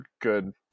good